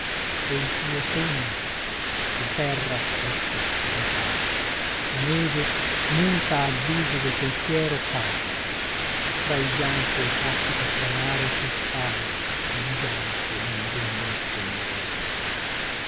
e il tuo sogno la terra ecco scompare la neve muta a guisa del pensiero cade tra il bianco e tacito franare tu stai gigante immobilmente nero